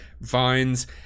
vines